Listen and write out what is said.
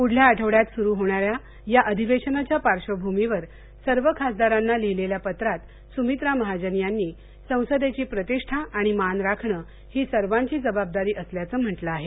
पुढल्या आठवड्यात सुरु होणाऱ्या या अधिवेशनाच्या पार्श्वभूमीवर सर्व खासदारांना लिहलेल्या पत्रात सुमित्रा महाजन यांनी संसदेची प्रतिष्ठा आणि मान राखणं ही सर्वांची जबाबदारी असल्याचं म्हंटल आहे